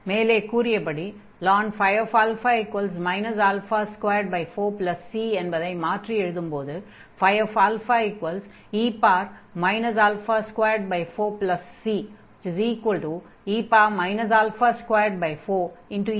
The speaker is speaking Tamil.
மேலே கூறியபடி ln ϕα 24c என்பதை மாற்றி எழுதும்போது e 24c e 24